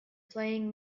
playing